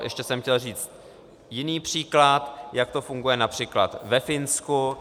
Ještě jsem chtěl říct jiný příklad, jak to funguje například ve Finsku.